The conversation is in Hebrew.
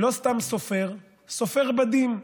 לא סתם סופר, סופר בדים.